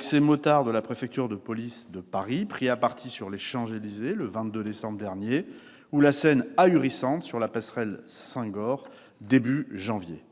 ces motards de la préfecture de police de Paris pris à partie sur les Champs-Élysées, le 22 décembre dernier, ou la scène ahurissante qui s'est déroulée sur la passerelle Senghor, début janvier.